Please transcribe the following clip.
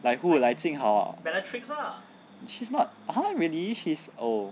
like who like jing hao ah she's not !huh! really she's oh